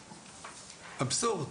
אבסורד.